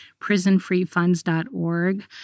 prisonfreefunds.org